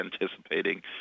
anticipating